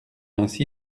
ainsi